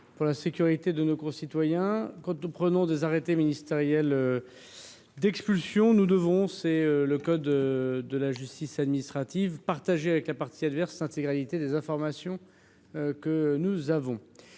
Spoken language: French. pour la sécurité de nos concitoyens. Quand nous signons un arrêté ministériel d’expulsion, nous devons, en vertu du code de justice administrative, partager avec la partie adverse l’intégralité de nos informations. Or il